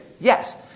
yes